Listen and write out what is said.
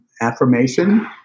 affirmation